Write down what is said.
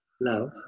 love